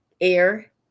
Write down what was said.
air